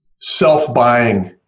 self-buying